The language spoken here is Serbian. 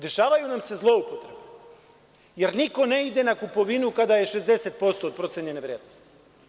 Dešavaju nam se zloupotrebe, jer niko ne ide na kupovinu kada je 60% procenjene vrednosti.